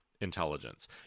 intelligence